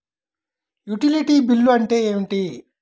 Utility bill అంటే ఏమిటి?